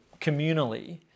communally